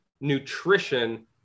nutrition